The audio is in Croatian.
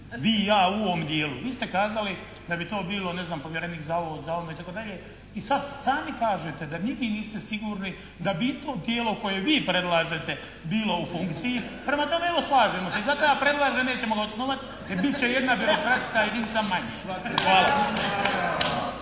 vi i ja u ovom dijelu, vi ste kazali da bi to bilo ne znam povjerenik za ovo, za ono itd. i sad sami kažete da ni vi niste sigurni da bi i to tijelo koje vi predlažete bilo u funkciji. Prema tome evo slažemo se, i zato ja predlažem nećemo ga osnovat jer bit će jedna demokratska jedinica manje. Hvala.